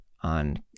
on